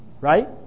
Right